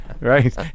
Right